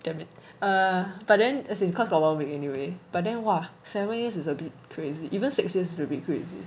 damn it err but then as in cause got one week anyway but then !wah! seven years is a bit crazy even six years is a bit crazy